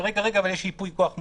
שיש ייפוי כוח מופקד,